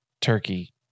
turkey